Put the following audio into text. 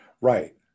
Right